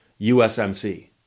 USMC